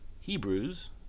Hebrews